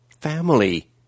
family